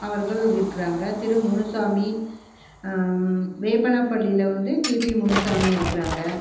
அவர்கள் இருக்கிறாங்க திரு முனுசாமி வேப்பனபள்ளியில் வந்து கேபி முனுசாமி இருக்கிறாங்க